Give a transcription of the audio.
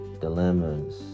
dilemmas